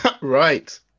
Right